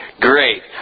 Great